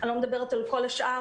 אני לא מדברת על כל השאר,